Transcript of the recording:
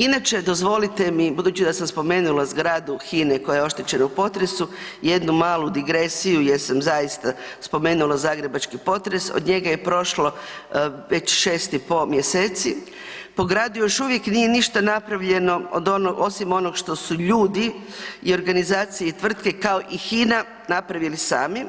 Inače dozvolite mi, budući da sam spomenula zgradu Hine koja je oštećena u potresu, jednu malu digresiju gdje sam zaista spomenula zagrebački potres, od njega je prošlo već 6 i po mjeseci, po gradu još uvijek nije ništa napravljeno od onog, osim onog što su ljudi i organizacije i tvrtke, kao i Hina napravili sami